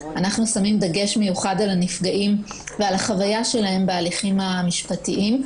אנחנו שמים דגש מיוחד על הנפגעים ועל החוויה שלהם בהליכים המשפטיים.